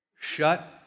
shut